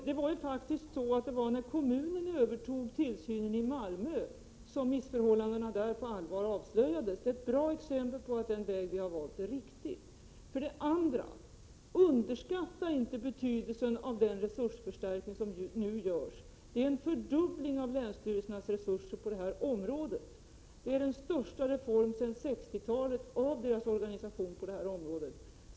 Det var faktiskt när kommunen övertog tillsynen i Malmö som missförhållandena där på allvar avslöjades. Det är ett bra exempel på att den väg vi har valt är riktig. Underskatta inte betydelsen av den resursförstärkning som nu görs! Den innebär en fördubbling av länsstyrelsernas resurser på det här området. Det är den största reformen sedan 1960-talet av deras organisation på det här området.